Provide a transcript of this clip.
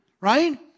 right